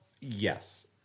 yes